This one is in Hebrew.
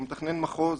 או מתכנן מחוז